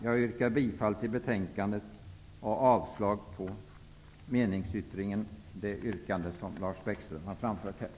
Jag yrkar bifall till utskottets hemställan och avslag på Lars Bäckströms yrkande om bifall till meningsyttringen.